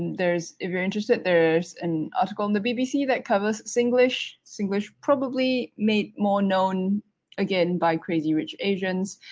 there's. if you're interested, there's an article on the bbc that covers singlish. singlish probably may. more known again, by crazy rich asians